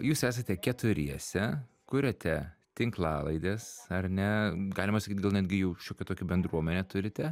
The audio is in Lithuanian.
jūs esate keturiese kuriate tinklalaides ar ne galima sakyt netgi jau šokią tokią bendruomenę turite